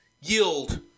yield